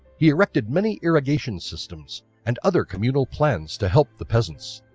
he erected many irrigation systems and other communal plans to help the peasants.